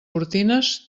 cortines